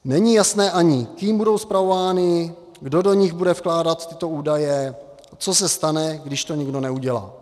Není jasné, ani kým budou spravovány, kdo do nich bude vkládat údaje, co se stane, když to nikdo neudělá.